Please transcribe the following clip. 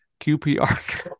QPR